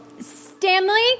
Stanley